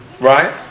Right